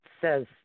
says